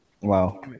Wow